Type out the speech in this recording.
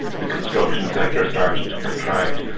the construction sector started to contract,